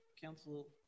council